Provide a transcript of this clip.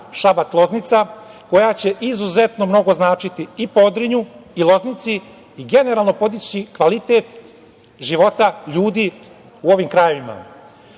Šabac-Loznica, koja će izuzetno mnogo značiti i Podrinju i Loznici i generalno podići kvalitet života ljudi u ovim